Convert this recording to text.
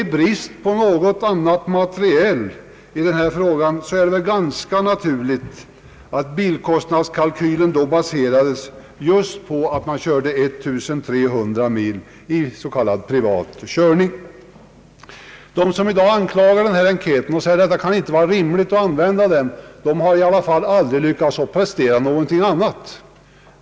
I brist på något annat material i denna fråga är det ganska naturligt att bilkostnadskalkylen baseras just på en körsträcka om 1300 mil i privat körning. De som i dag anser att det inte kan vara rimligt att använda resultaten från denna enkät har i varje fall inte lyckats prestera något annat.